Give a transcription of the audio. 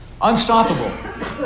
unstoppable